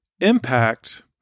impact